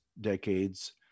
decades